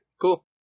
cool